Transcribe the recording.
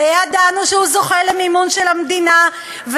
וידענו שהוא זוכה למימון של המדינה,